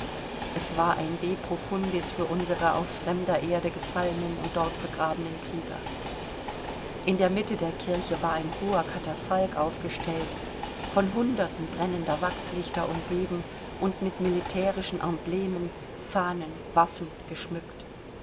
es war ein de profundis für unsere auf fremder erde gefallenen und dort begrabenen krieger in der mitte der kirche war ein hoher katafalk aufgestellt von hunderten brennender wachslichter umgeben und mit militärischen emblemen fahnen waffen geschmückt